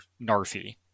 Narfi